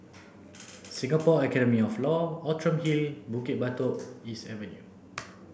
Singapore Academy of Law Outram Hill Bukit Batok East Avenue